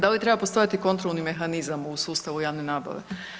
Da li treba postojati kontrolni mehanizam u sustavu javne nabave?